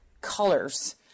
colors